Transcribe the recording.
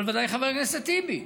אבל ודאי חבר הכנסת טיבי.